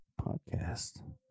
Podcast